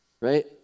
right